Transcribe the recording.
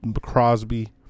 Crosby